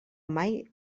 mai